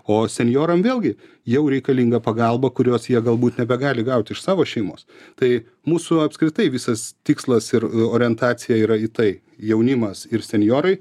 o senjoram vėlgi jau reikalinga pagalba kurios jie galbūt nebegali gauti iš savo šeimos tai mūsų apskritai visas tikslas ir orientacija yra į tai jaunimas ir senjorai